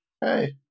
Hey